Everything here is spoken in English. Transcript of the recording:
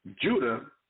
Judah